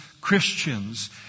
Christians